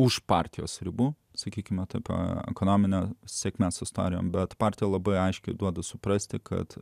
už partijos ribų sakykime tampa ekonomine sėkme sutariant bet partija labai aiškiai duoda suprasti kad